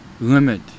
limit